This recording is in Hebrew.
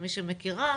כמי שמכירה,